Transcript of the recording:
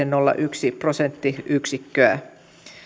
nolla yksi prosenttiyksikköä